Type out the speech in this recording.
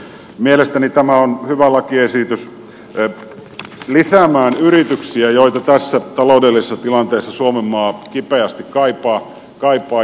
mielestäni tämä on hyvä lakiesitys lisäämään yrityksiä joita tässä taloudellisessa tilanteessa suomenmaa kipeästi kaipaa